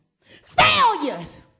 failures